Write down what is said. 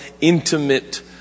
intimate